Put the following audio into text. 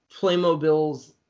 Playmobil's